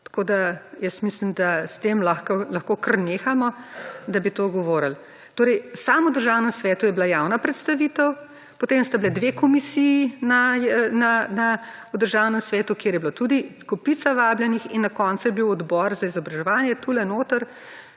Tako, da jaz mislim, da s tem lahko kar nehamo, da bi to govorili. Torej v Državnem svetu je bila javna predstavitev, potem sta bili dve komisiji v Državnem svetu, kjer je bilo tudi kopica vabljenih, in na koncu je bil Odbor za izobraževanje tule notri,